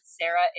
Sarah